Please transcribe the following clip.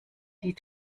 die